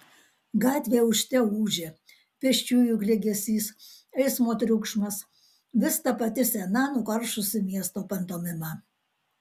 gatvė ūžte ūžė pėsčiųjų klegesys eismo triukšmas vis ta pati sena nukaršusi miesto pantomima